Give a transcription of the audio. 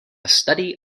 study